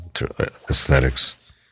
aesthetics